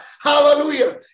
Hallelujah